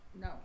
no